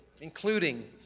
including